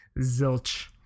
Zilch